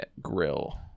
grill